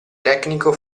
tecnico